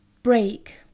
Break